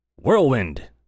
Whirlwind